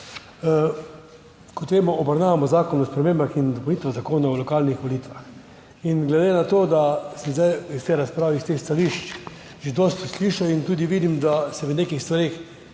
Kot vemo, obravnavamo zakon o spremembah in dopolnitvah Zakona o lokalnih volitvah. Glede na to, da sem zdaj iz te razprave, iz teh stališč že dosti slišal, tudi vidim, da se v nekih stvareh